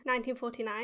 1949